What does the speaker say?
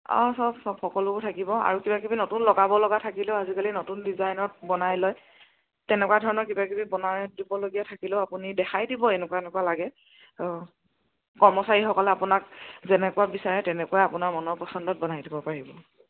অঁ চব চব সকলোবোৰ থাকিব আৰু কিবাকিবি নতুন লগাব লগা থাকিলেও আজিকালি নতুন ডিজাইনত বনাই লয় তেনেকুৱা ধৰণৰ কিবাকিবি বনাই দিবলগীয়া থাকিলেও আপুনি দেখাই দিব এনেকুৱা এনেকুৱা লাগে অঁ কৰ্মচাৰীসকলে আপোনাক যেনেকুৱা বিচাৰে তেনেকুৱাই আপোনাৰ মনৰ পচন্দত বনাই দিব পাৰিব